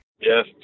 Yes